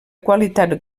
qualitat